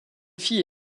fille